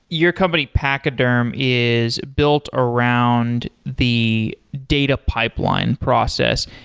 your company, pachyderm, is built around the data pipeline process.